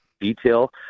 Detail